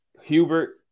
Hubert